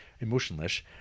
Emotionless